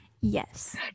Yes